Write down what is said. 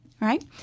right